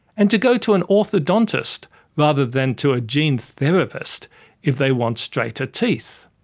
and to go to an orthodontist rather than to a gene therapist if they want straighter teeth.